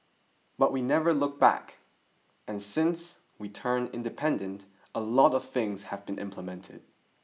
but we never look back and since we turned independent a lot of things have been implemented